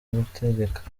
gutegeka